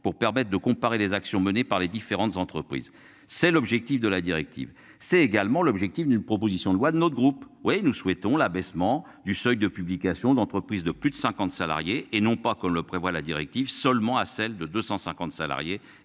pour permettent de comparer les actions menées par les différentes entreprises. C'est l'objectif de la directive, c'est également l'objectif d'une proposition de loi de notre groupe. Oui, nous souhaitons l'abaissement du seuil de publications d'entreprises de plus de 50 salariés et non pas comme le prévoit la directive seulement à celles de 250 salariés